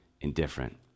indifferent